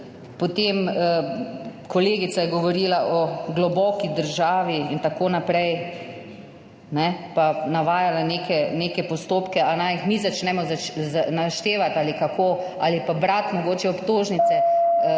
Kolegica je govorila o globoki državi in tako naprej pa navajala neke postopke – ali naj jih mi začnemo naštevati, ali kako, ali pa brati mogoče obtožnice